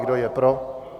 Kdo je pro?